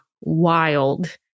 wild